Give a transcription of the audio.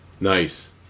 Nice